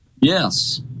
Yes